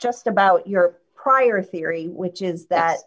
just about your prior theory which is that